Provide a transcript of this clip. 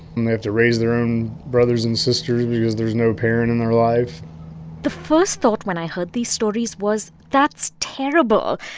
and they have to raise their own brothers and sisters because there's no parent in their life the first thought when i heard these stories was, that's terrible.